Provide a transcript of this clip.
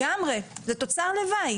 זה תוצר לוואי.